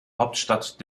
hauptstadt